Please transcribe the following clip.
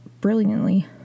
brilliantly